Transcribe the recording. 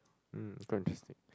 um quite interesting